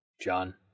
John